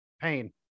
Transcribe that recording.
pain